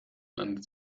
landet